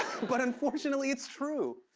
but unfortunately, it's true.